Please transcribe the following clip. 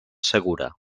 segura